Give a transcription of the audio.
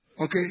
Okay